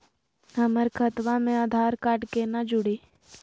हमर खतवा मे आधार कार्ड केना जुड़ी?